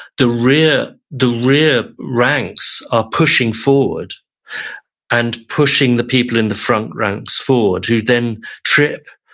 the rear the rear ranks are pushing forward and pushing the people in the front ranks forward who then trip,